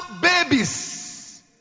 babies